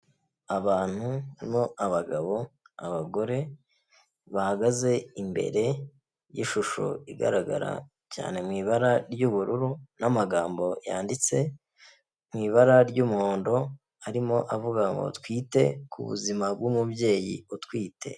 Abantu barimo abagabo, abagore bahagaze imbere y'ishusho igaragara cyane mu ibara ry'ubururu n'amagambo yanditse mu ibara ry'umuhondo, arimo avuga ngo twite ku buzima bw'umubyeyi utwite.